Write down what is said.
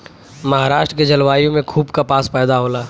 महाराष्ट्र के जलवायु में खूब कपास पैदा होला